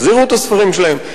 יחזירו את הספרים שלהם,